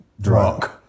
drunk